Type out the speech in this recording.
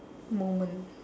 moment